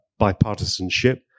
bipartisanship